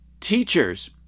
teachers